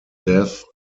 death